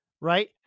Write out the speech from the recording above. right